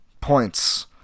points